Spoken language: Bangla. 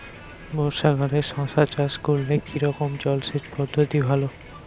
বর্ষাকালে শশা চাষ করলে কি রকম জলসেচ পদ্ধতি ভালো?